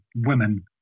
women